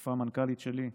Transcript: איפה המנכ"לית שלי?